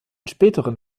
späteren